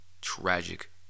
Tragic